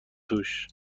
توش